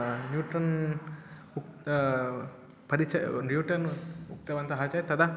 Newton उक्तः परिचयः Newton उक्तवन्तः चेत् तदा